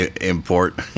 Import